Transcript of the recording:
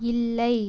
இல்லை